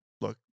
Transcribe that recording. look